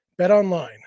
BetOnline